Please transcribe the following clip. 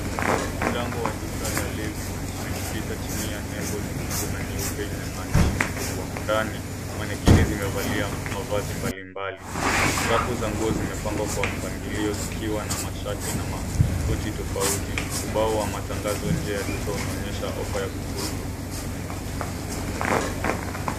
Mlango wa duka la LEVIS, umejikita chini ya nembo nyekundu na nyeupe lenye maandishi makubwa. Ndani manekini zimevalia mavazi mbali mbali. Rafu za nguo zimepangwa kwa mpangilio zikiwa na mashati na makoti tofauti. Ubao wa matangazo nje ya duka unaonyesha ofa ya punguzwa.